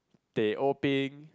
teh O peng